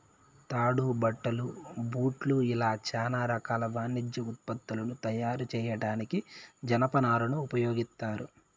తాడు, బట్టలు, బూట్లు ఇలా చానా రకాల వాణిజ్య ఉత్పత్తులను తయారు చేయడానికి జనపనారను ఉపయోగిత్తారు